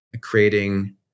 creating